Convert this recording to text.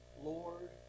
Lord